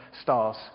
stars